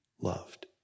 loved